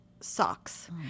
socks